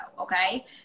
okay